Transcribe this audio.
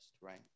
right